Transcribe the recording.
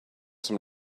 some